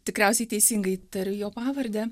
tikriausiai teisingai tariu jo pavardę